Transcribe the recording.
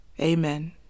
amen